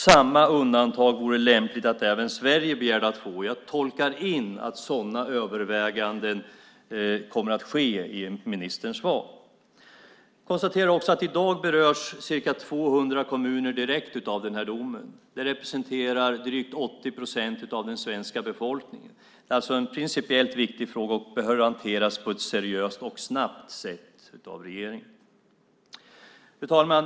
Samma undantag vore det lämpligt att även Sverige begärde att få. Jag tolkar i ministerns svar in att sådana överväganden kommer att ske. Jag konstaterar också att i dag berörs ca 200 kommuner direkt av denna dom. Det representerar drygt 80 procent av den svenska befolkningen. Det är alltså en principiellt viktig fråga som behöver hanteras på ett seriöst och snabbt sätt av regeringen. Fru talman!